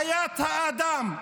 חיית האדם,